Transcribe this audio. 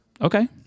Okay